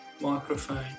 microphone